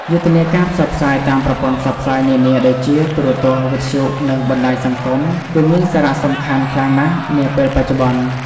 យុទ្ធនាការផ្សព្វផ្សាយតាមប្រព័ន្ធផ្សព្វផ្សាយនានាដូចជា ទូរទស្សន៍ វិទ្យុ និងបណ្តាញសង្គម គឺមានសារៈសំខាន់ខ្លាំងណាស់នាពេលបច្ចុប្បន្ន។